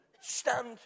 stand